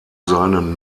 seinem